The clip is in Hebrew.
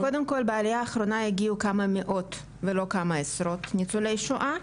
קודם כל בעלייה האחרונה הגיעו כמה מאות ולא כמה עשרות ניצולי שואה,